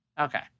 Okay